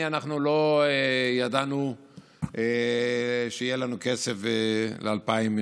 אנחנו לא ידענו שיהיה לנו כסף ל-2019.